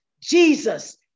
Jesus